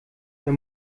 der